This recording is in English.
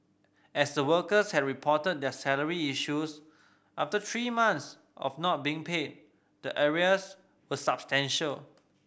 as the workers had reported their salary issues after three months of not being paid the arrears were substantial